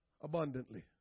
abundantly